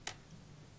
בזה?